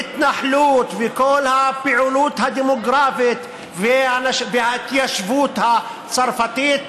כל ההתנחלות וכל הפעילות הדמוגרפית וההתיישבות הצרפתית,